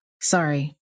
sorry